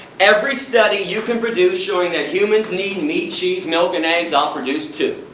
every study you can produce showing that humans need meat, cheese, milk and eggs, i'll produce two.